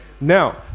Now